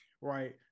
Right